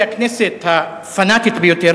שהיא הכנסת הפנאטית ביותר,